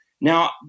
Now